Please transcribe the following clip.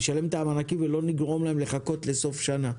נשלם את המענקים ולא נגרום להם לחכות לסוף שנה,